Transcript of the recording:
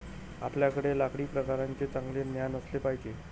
आपल्याकडे लाकडी प्रकारांचे चांगले ज्ञान असले पाहिजे